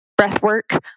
breathwork